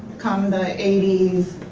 come the eighty s,